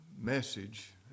message